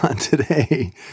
today